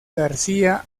garcía